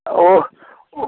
ओ ओ